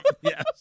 Yes